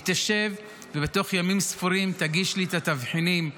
היא תשב ובתוך ימים ספורים תגיש לי את התבחינים לעיוני,